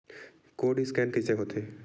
Code scan कइसे होथे?